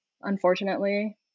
unfortunately